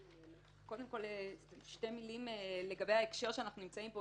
קודם כל, שתי מילים לגבי ההקשר שאנחנו נמצאים פה.